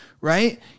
right